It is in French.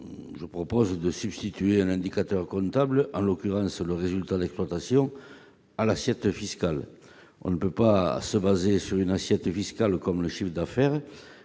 je propose de substituer un indicateur comptable, en l'occurrence le résultat d'exploitation, à l'assiette fiscale. On ne peut pas se fonder sur une assiette fiscale comme le chiffre d'affaires,